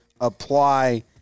apply